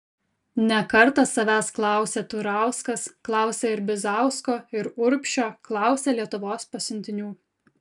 ne kartą savęs klausė turauskas klausė ir bizausko ir urbšio klausė lietuvos pasiuntinių